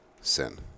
sin